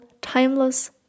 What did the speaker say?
timeless